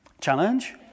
Challenge